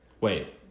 wait